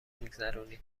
میگذرونیم